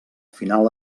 final